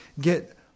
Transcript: get